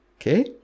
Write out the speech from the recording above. Okay